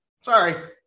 Sorry